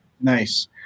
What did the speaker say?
Nice